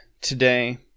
today